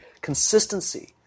consistency